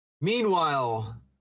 meanwhile